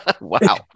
Wow